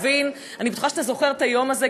אני בטוחה שאתה זוכר את היום הזה,